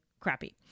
crappy